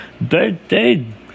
birthday